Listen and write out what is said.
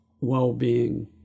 well-being